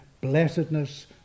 blessedness